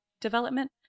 development